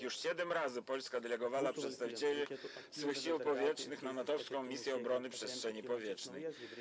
Już siedem razy Polska delegowała przedstawicieli swych Sił Powietrznych do NATO-wskiej misji obrony przestrzeni powietrznej.